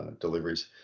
deliveries